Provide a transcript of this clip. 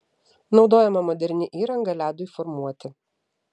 naudojama moderni įranga ledui formuoti